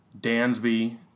Dansby